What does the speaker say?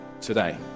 today